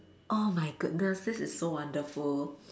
oh my goodness this is so wonderful